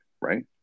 right